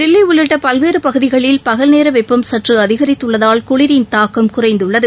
தில்லிஉள்ளிட்டபல்வேறுபகுதிகளில் பகல்நேரவெப்பம் சற்றுஅதிகரித்துள்ளதால் குளிரின் தாக்கம் குறைந்துள்ளது